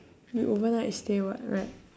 we overnight stay [what] right